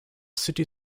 city